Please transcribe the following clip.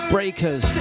Breakers